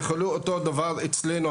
ואותו דבר אצלנו,